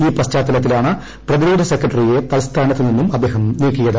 ഈ പശ്ചാത്തലത്തിലാണ് പ്രതിരോധ സെക്രട്ടറിയെ തൽസ്ഥാനത്തു നിന്നും അദ്ദേഹം നീക്കിയത്